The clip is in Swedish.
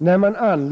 löstes ut.